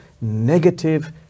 negative